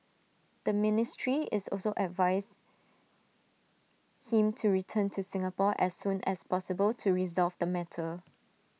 the ministry also advised him to return to Singapore as soon as possible to resolve the matter